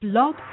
Blog